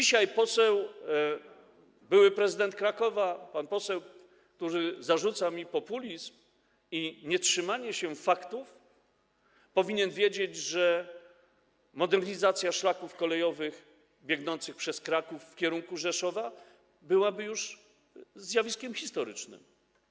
Dzisiaj pan poseł, były prezydent Krakowa, który zarzuca mi populizm i nietrzymanie się faktów, powinien wiedzieć, że modernizacja szlaków kolejowych biegnących przez Kraków w kierunku Rzeszowa byłaby już zjawiskiem historycznym.